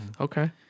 Okay